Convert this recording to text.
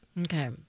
Okay